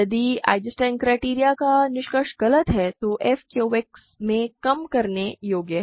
यदि Eisenstein criterion का निष्कर्ष गलत है तो f QX में कम करने योग्य है